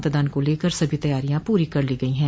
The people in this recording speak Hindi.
मतदान को लेकर सभी तैयारियां पूरी कर ली गई हैं